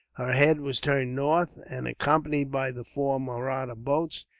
her head was turned north, and, accompanied by the four mahratta boats,